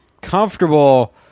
comfortable